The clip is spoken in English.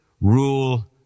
rule